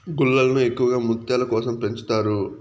గుల్లలను ఎక్కువగా ముత్యాల కోసం పెంచుతారు